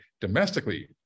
domestically